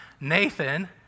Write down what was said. Nathan